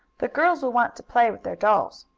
the girls will want to play with their dolls,